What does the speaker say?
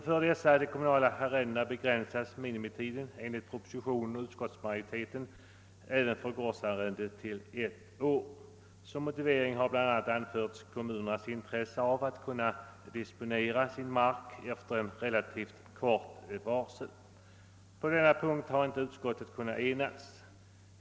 För de kommunala arrendena begränsas minimitiden enligt departementschefens och utskottsmajoritetens förslag även för gårdsarrende till ett år. Som motivering har bl.a. anförts kommunernas intresse av att kunna disponera sin mark efter relativt kort varsel. På denna punkt har utskottet inte kunnat enas.